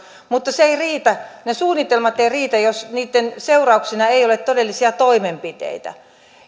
mutta se ei riitä ne suunnitelmat eivät riitä jos niitten seurauksena ei ole todellisia toimenpiteitä